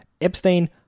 Epstein